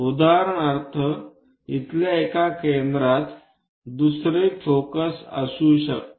उदाहरणार्थ इथल्या एका केंद्रात दुसरा फोकस असू शकते